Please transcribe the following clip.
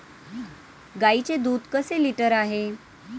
गाईचे दूध कसे लिटर आहे?